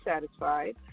satisfied